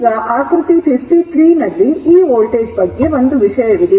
ಈಗ ಆಕೃತಿ 53 ರಲ್ಲಿ ಈ ವೋಲ್ಟೇಜ್ ಬಗ್ಗೆ ಒಂದು ವಿಷಯವಿದೆ